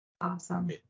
Awesome